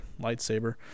lightsaber